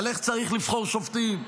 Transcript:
על איך צריך לבחור שופטים,